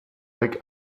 weg